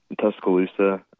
Tuscaloosa